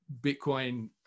Bitcoin